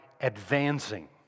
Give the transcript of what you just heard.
advancing